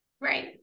right